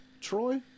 Troy